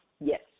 Yes